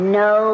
no